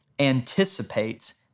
anticipates